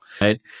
Right